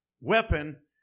weapon